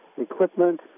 equipment